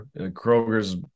Kroger's